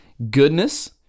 Goodness